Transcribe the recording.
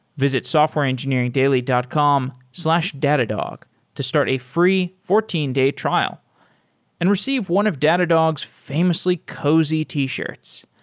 visit softwareengineeringdaily dot com slash datadog to start a free fourteen day trial and receive one of datadog's famously cozy t-shirts.